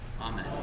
Amen